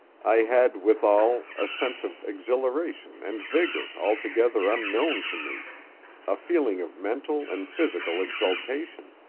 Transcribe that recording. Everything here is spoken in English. i had, withal, a sense of exhilaration and vigor altogether unknown to me a feeling of mental and physical exaltation.